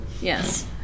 Yes